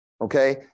Okay